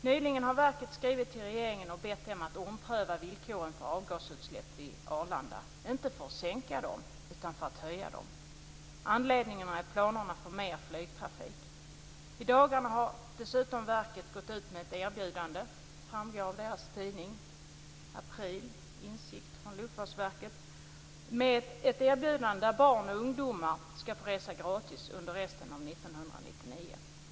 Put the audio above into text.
Nyligen har verket skrivit till regeringen och bett den att ompröva villkoren för avgasutsläpp vid Arlanda, inte för att sänka dem utan för att höja dem. Anledningen är planerna för mer flygtrafik. I dagarna har verket dessutom - gått ut med ett erbjudande om att barn och ungdomar skall få resa gratis under resten av 1999.